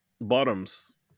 Bottoms